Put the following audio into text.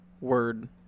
word